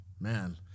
man